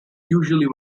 usually